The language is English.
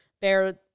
bear